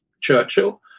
Churchill